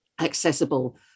accessible